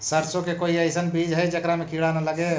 सरसों के कोई एइसन बिज है जेकरा में किड़ा न लगे?